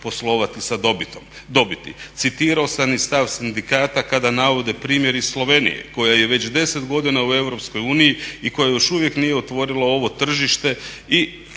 poslovati sa dobiti. Citirao sam i stav sindikata kada navode primjer iz Slovenije koja je već 10 godina u Europskoj uniji i koja još uvijek nije otvorila ovo tržište